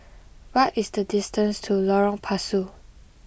what is the distance to Lorong Pasu